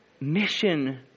mission